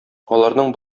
аларның